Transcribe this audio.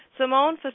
Simone